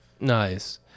Nice